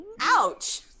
Ouch